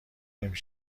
نمی